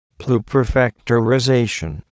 pluperfectorization